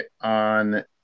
on